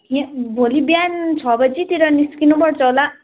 यहाँ भोलि बिहान छ बजीतिर निस्किनुपर्छ होला